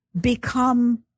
become